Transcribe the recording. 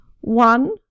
one